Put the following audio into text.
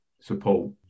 support